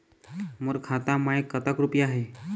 मोर खाता मैं कतक रुपया हे?